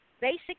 basic